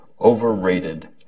overrated